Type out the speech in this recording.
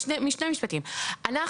הבנתי.